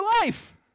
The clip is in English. life